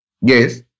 Yes